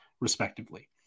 respectively